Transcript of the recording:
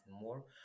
more